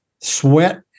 sweat